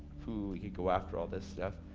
oooh, you can go after all this stuff.